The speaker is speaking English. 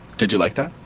did you like that,